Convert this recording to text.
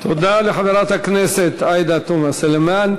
תודה לחברת הכנסת עאידה תומא סלימאן.